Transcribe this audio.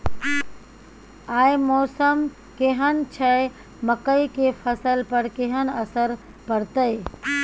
आय मौसम केहन छै मकई के फसल पर केहन असर परतै?